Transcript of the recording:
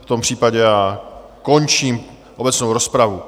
V tom případě končím obecnou rozpravu.